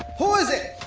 who is it?